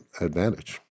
advantage